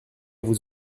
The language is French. vous